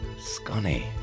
Scunny